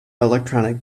electronic